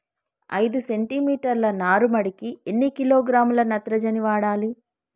ఐదు సెంటిమీటర్ల నారుమడికి ఎన్ని కిలోగ్రాముల నత్రజని వాడాలి?